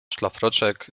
szlafroczek